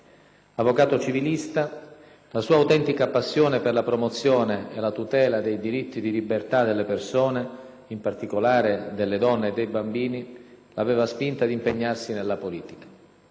Avvocato civilista, la sua autentica passione per la promozione e la tutela dei diritti di libertà delle persone, in particolare delle donne e dei bambini, l'aveva spinta ad impegnarsi nella politica.